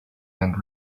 and